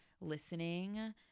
listening